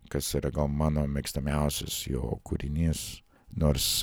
kas yra gal mano mėgstamiausias jo kūrinys nors